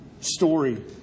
story